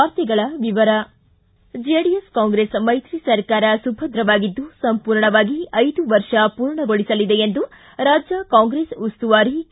ವಾರ್ತೆಗಳ ವಿವರ ಜೆಡಿಎಸ್ ಕಾಂಗ್ರೆಸ್ ಮೈತ್ರಿ ಸರಕಾರ ಸುಭದ್ರವಾಗಿದ್ದು ಸಂಪೂರ್ಣವಾಗಿ ಐದು ವರ್ಷ ಪೂರ್ಣಗೊಳಸಲಿದೆ ಎಂದು ರಾಜ್ಯ ಕಾಂಗ್ರೆಸ್ ಉಸ್ತುವಾರಿ ಕೆ